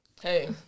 Hey